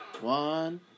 one